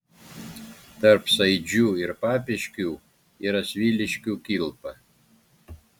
tarp saidžių ir papiškių yra sviliškių kilpa